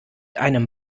einem